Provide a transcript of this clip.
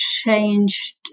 changed